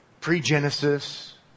pre-Genesis